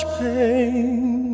pain